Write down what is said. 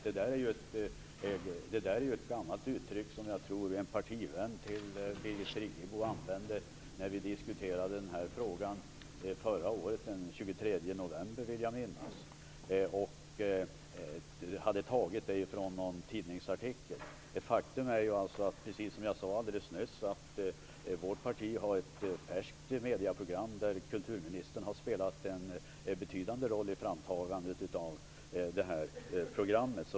Det gäller ett gammalt uttalande, som jag vill minnas att en partivän till Birgit Friggebo använde den 23 november förra året, när vi diskuterade denna fråga. Det hade då hämtats ur en tidningsartikel. Faktum är, som jag sade alldeles nyss, att vårt parti har ett färskt medieprogram och att kulturministern har spelat en betydande roll i framtagandet av detta.